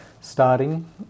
starting